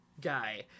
guy